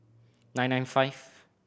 nine nine five